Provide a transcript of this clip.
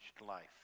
life